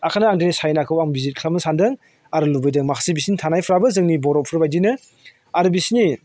ओंखायनो आं दिनै चायनाखौ आं भिजित खालामनो सानदों आरो लुबैदों माखासे बिसोरनि थानायफ्राबो जोंनि बर'फोरबायदिनो आरो बिसोरनि